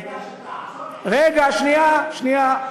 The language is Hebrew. רגע, שנייה.